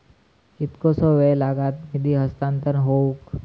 कितकोसो वेळ लागत निधी हस्तांतरण हौक?